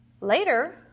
later